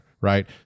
right